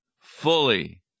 fully